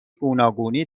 گوناگونی